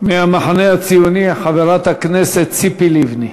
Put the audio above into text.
מהמחנה הציוני, היא חברת הכנסת ציפי לבני.